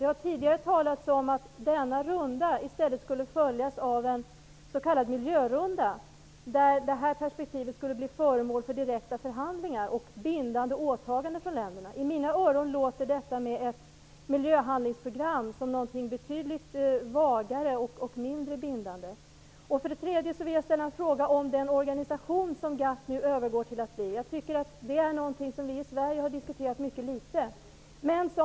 Det har tidigare talats om att denna runda i stället skulle följas av en s.k. miljörunda, där det här perspektivet skulle bli föremål för direkta förhandlingar och bindande åtaganden från länderna. I mina öron låter ett miljöhandlingsprogram som något betydligt vagare och mindre bindande. Vidare vill jag ställa en fråga om den organisation som GATT nu övergår till att bli. Det är någonting som vi i Sverige har diskuterat mycket litet.